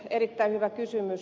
erittäin hyvä kysymys